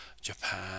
japan